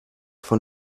von